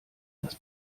das